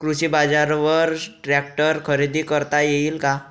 कृषी बाजारवर ट्रॅक्टर खरेदी करता येईल का?